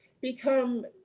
become